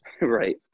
Right